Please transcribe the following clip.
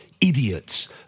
idiots